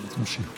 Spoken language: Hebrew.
תמשיך.